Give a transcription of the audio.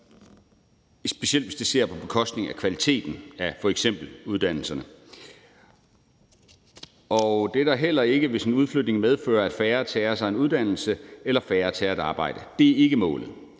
specielt hvis det sker på bekostning af kvaliteten af f.eks. uddannelserne. Og det ser vi heller ikke, hvis en udflytning medfører, at færre tager en uddannelse og færre tager et arbejde. Det er ikke målet.